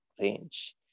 range